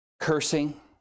cursing